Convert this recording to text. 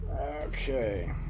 Okay